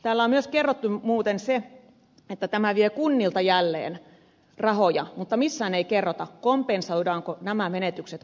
täällä on muuten myös kerrottu se että tämä vie kunnilta jälleen rahoja mutta missään ei kerrota kompensoidaanko nämä menetykset